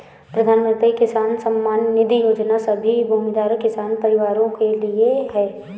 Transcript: प्रधानमंत्री किसान सम्मान निधि योजना सभी भूमिधारक किसान परिवारों के लिए है